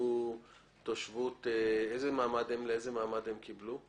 איזה מעמד הם קיבלו?